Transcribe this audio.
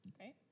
Okay